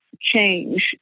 change